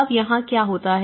अब यहाँ क्या होता है